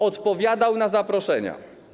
Odpowiadał na zaproszenia.